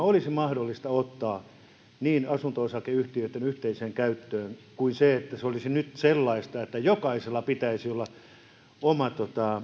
olisi mahdollista ottaa asunto osakeyhtiöitten yhteiseen käyttöön sen sijaan että se olisi sellaista että jokaisella pitäisi olla oma